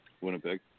Winnipeg